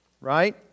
right